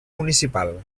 municipal